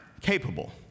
capable